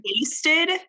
wasted